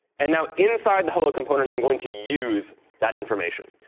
and now inside the hello component, i'm going to use that information.